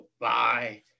bye